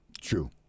True